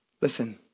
listen